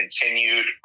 continued